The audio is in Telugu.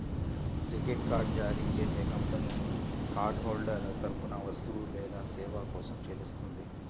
క్రెడిట్ కార్డ్ జారీ చేసే కంపెనీ కార్డ్ హోల్డర్ తరపున వస్తువు లేదా సేవ కోసం చెల్లిస్తుంది